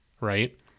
right